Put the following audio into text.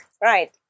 Right